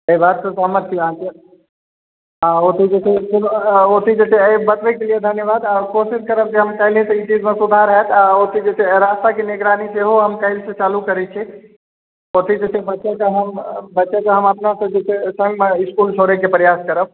एहि बात से सहमत छी अहाँकेँ आ ओतै जे छै ओतै जे छै ई बतबैके लिए धन्यवाद कोशिश करब जे पहिलेसँ ई चीजमे सुधार होयत आ ओतै जे छै से रास्ताके निगरानी सेहो हम जे छै से काल्हि से चालु करै छी ओतै जे छै बच्चाकेँ हम बच्चाकेँ जे छै हम अपना सङ्गमे इसकुल छोड़ैके प्रयास करब